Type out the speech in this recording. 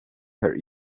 her